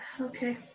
Okay